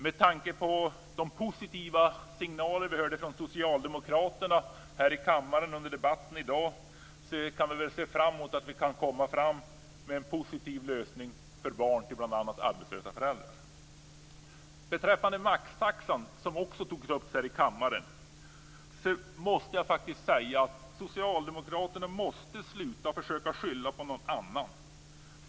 Med tanke på de positiva signaler vi hörde från socialdemokraterna här i kammaren under dagens debatt verkar vi kunna se fram emot en positiv lösning för barn till bl.a. arbetslösa föräldrar. Beträffande maxtaxan, som också togs upp här i kammaren, måste jag faktiskt säga att socialdemokraterna måste sluta att skylla på någon annan.